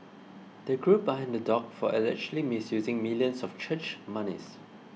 the group are in the dock for allegedly misusing millions of church monies